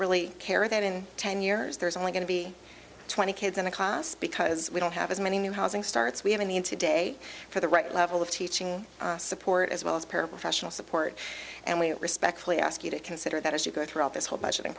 really care that in ten years there is only going to be twenty kids in the class because we don't have as many new housing starts we have in the in today for the right level of teaching support as well as paraprofessional support and we respectfully ask you to consider that as you go throughout this whole budgeting